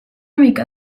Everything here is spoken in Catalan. mica